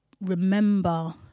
remember